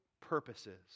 purposes